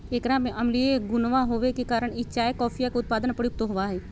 एकरा में अम्लीय गुणवा होवे के कारण ई चाय कॉफीया के उत्पादन में प्रयुक्त होवा हई